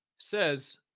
Says